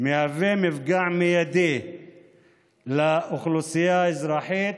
היא מפגע מיידי לאוכלוסייה האזרחית,